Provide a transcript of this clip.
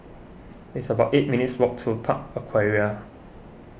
it's about eight minutes' walk to Park Aquaria